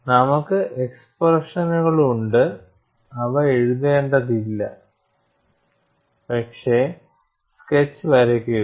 നമുക്ക് എക്സ്പ്രെഷനുകളുണ്ട് അവ എഴുതേണ്ടതില്ല പക്ഷേ സ്കെച്ച് വരയ്ക്കുക